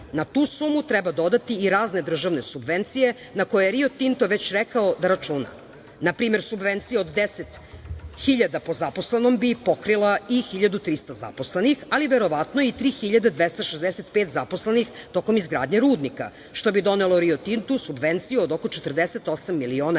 Na tu sumu treba dodati i razne državne subvencije na koje "Rio Tinto" već rekao da računa. Na primer subvencije od deset hiljada po zaposlenom bi pokrila i 1300 zaposlenih, ali verovatno i 3265 zaposlenih tokom izgradnje rudnika, što bi donelo "Rio Tintu" subvenciju od oko 48 miliona evra